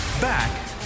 Back